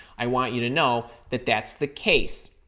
i want you to know that that's the case.